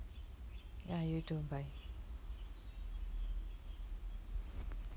ya you too bye